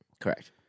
Correct